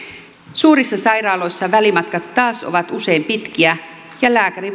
suurissa sairaaloissa välimatkat taas ovat usein pitkiä ja lääkäri